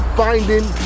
finding